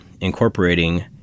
incorporating